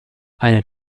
eine